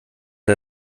war